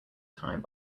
time